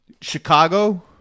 Chicago